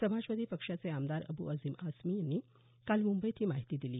समाजवादी पक्षाचे आमदार अबू आसीम आझमी यांनी काल मुंबईत ही माहिती दिली